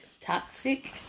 toxic